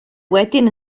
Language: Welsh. wedyn